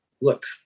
look